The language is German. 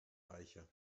reicher